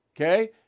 Okay